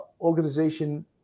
Organization